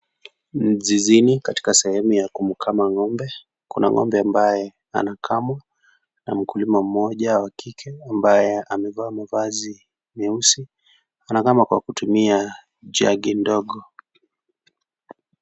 Mzizini katika sehemu ya kumkama ngombe. Kuna ngombe ambae anakamwa na mukulima mmoja wa kike ambae amevaa mavazi nyeusi, anakama kwa kutumia (cs)jagi(CS)ndogo.